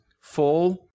full